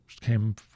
came